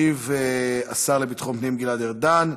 ישיב השר לביטחון הפנים גלעד ארדן.